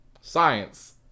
Science